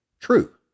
true